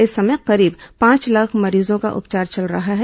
इस समय करीब पांच लाख मरीजों का उपचार चल रहा है